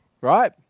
Right